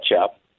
up